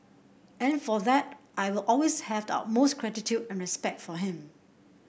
and for that I will always have the utmost gratitude and respect for him